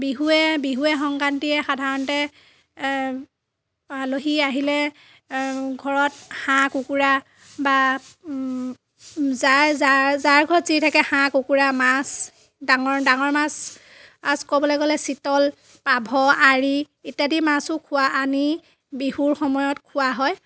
বিহুৱে বিহুৱে সংক্ৰান্তিয়ে সাধাৰণতে আলহী আহিলে ঘৰত হাঁহ কুকুৰা বা যাৰ যাৰ ঘৰত যি থাকে হাঁহ কুকুৰা মাছ ডাঙৰ ডাঙৰ মাছ ক'বলৈ গ'লে চিতল পাভ আৰি ইত্যাদি মাছো খোৱা আনি বিহুৰ সময়ত খোৱা হয়